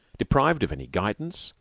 deprived of any guidance,